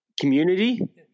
community